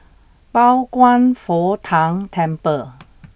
Pao Kwan Foh Tang Temple